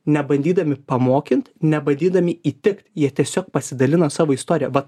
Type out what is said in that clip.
nebandydami pamokint nebadydami įtikt jie tiesiog pasidalina savo istorija vat